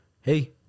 hey